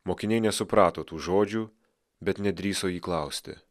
mokiniai nesuprato tų žodžių bet nedrįso jį klausti